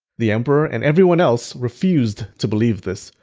the emperor and everyone else refused to believe this.